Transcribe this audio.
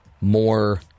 more